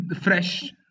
fresh